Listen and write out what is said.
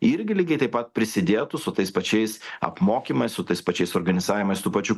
irgi lygiai taip pat prisidėtų su tais pačiais apmokymais su tais pačiais organizavimas tų pačių